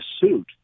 suit